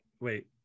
Wait